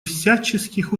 всяческих